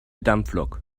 dampflok